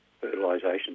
fertilisation